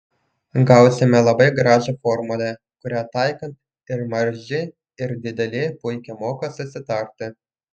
gausime labai gražią formulę kurią taikant ir maži ir dideli puikiai moka susitarti